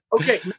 okay—